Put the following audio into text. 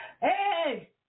Hey